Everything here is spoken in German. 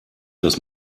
dass